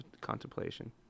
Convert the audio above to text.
contemplation